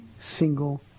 single